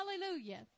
Hallelujah